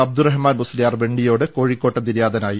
അബ്ദുറഹ്മാൻ മുസ്ലിയാർ വെണ്ണിയോട് കോഴിക്കോട്ട് നിര്യാതനായി